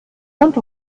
und